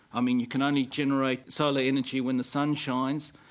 i mean you can only generate solar energy when the sun shines,